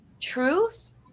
truth